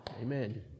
Amen